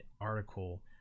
article